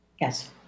Yes